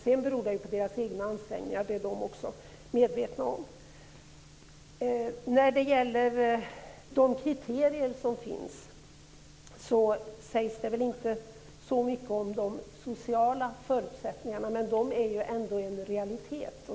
Sedan beror det hela på deras egna ansträngningar, och det är de medvetna om. När det gäller de kriterier som finns sägs det inte så mycket om de sociala förutsättningarna, men de är ändå en realitet.